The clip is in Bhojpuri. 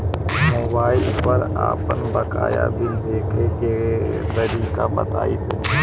मोबाइल पर आपन बाकाया बिल देखे के तरीका बताईं तनि?